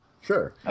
Sure